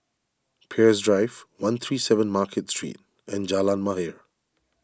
Peirce Drive one three seven Market Street and Jalan Mahir